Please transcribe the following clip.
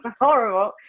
horrible